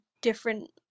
different